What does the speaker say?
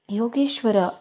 Yogeshwara